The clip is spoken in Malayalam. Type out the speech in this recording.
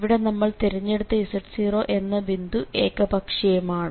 ഇവിടെ നമ്മൾ തിരഞ്ഞെടുത്ത z0 എന്ന ബിന്ദു ഏകപക്ഷീയമാണ്